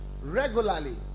Regularly